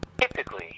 typically